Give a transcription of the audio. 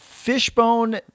Fishbone